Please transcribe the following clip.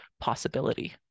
possibility